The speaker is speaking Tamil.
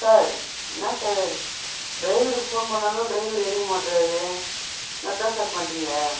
சார் என்ன சார் டிரைவருக்கு ஃபோன் பண்ணாலும் டிரைவர் எடுக்க மாட்டுறாரு என்னத்தை சார் பண்ணுறீங்க